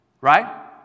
right